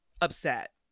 upset